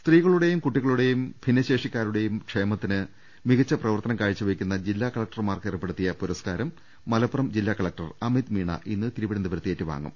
സ്ത്രീകളുടെയും കുട്ടികളുടെയും ഭിന്നശേഷിക്കാരുടെയും ക്ഷേമ ത്തിന് മികച്ച പ്രവർത്തനം കാഴ്ചവെക്കുന്ന ജില്ലാ കളക്ടർമാർക്ക് ഏർപ്പെ ടുത്തിയ പുരസ്കാരം മലപ്പുറം ജില്ലാ കളക്ടർ അമിത് മീണ ഇന്ന് തിരു വനന്തപുരത്ത് ഏറ്റുവാങ്ങും